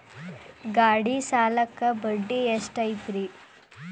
ಗಾಡಿ ಸಾಲಕ್ಕ ಬಡ್ಡಿ ಎಷ್ಟೈತ್ರಿ?